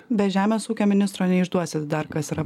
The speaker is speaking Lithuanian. be žemės ūkio ministro neišduosit dar kas yra